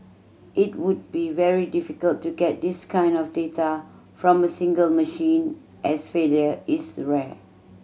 it would be very difficult to get this kind of data from a single machine as failure is rare